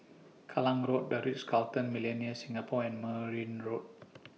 Kallang Road Ritz Carlton Millenia Singapore and Merryn Road